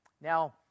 Now